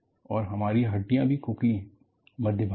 और हमारी हड्डियाँ भी खोखली हैं मध्य भाग में